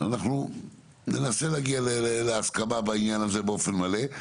אנחנו ננסה להגיע להסכמה בעניין הזה באופן מלא.